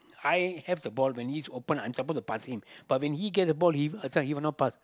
I have the ball when he's open I'm suppose to pass him but when he get the ball he this one he will not pass